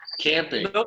Camping